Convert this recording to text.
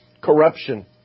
corruption